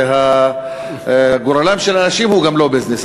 וגם גורל האנשים הוא לא ביזנס.